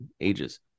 ages